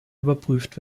überprüft